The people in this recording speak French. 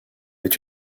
est